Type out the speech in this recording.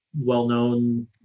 well-known